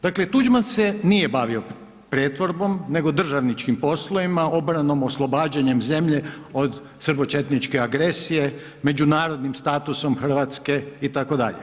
Dakle, Tuđman se nije bavio pretvorbom nego državničkim poslovima, obranom, oslobađanjem zemlje od srbočetničke agresije, međunarodnim statusom Hrvatske itd.